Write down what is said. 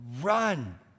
run